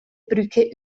brücke